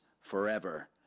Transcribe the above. forever